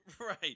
Right